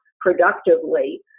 productively